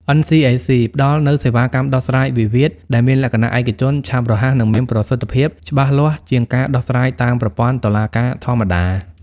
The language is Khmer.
NCAC ផ្ដល់នូវសេវាកម្មដោះស្រាយវិវាទដែលមានលក្ខណៈឯកជន ឆាប់រហ័ស និងមានប្រសិទ្ធភាពច្បាស់លាស់ជាងការដោះស្រាយតាមប្រព័ន្ធតុលាការធម្មតា។